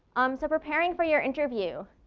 um so preparing for your interview.